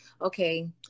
okay